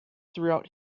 throughout